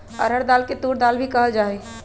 अरहर दाल के तूर दाल भी कहल जाहई